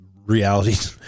reality